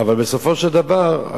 אבל בסופו של דבר,